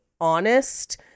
honest